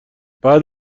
بعد